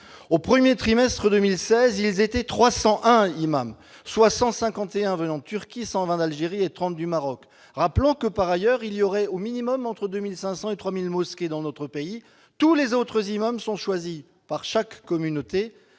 par des États étrangers, dont 151 provenant de Turquie, 120 d'Algérie et 30 du Maroc. Rappelons que, par ailleurs, il y aurait au minimum entre 2 500 et 3 000 mosquées dans notre pays. Tous les autres imams sont choisis par la communauté